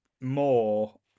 more